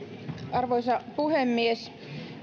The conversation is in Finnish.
arvoisa puhemies